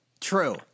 True